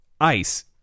ice